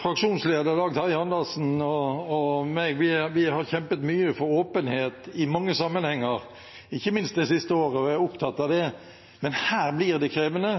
fraksjonsleder, Dag Terje Andersen, og jeg har kjempet mye for åpenhet i mange sammenhenger, ikke minst det siste året, og vi er opptatt av det, men her blir det krevende,